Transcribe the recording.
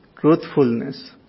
truthfulness